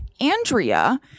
Andrea